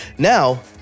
Now